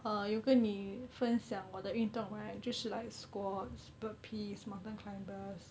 uh 有跟你分享我的运动 right 就是 like squats burpees mountain climbers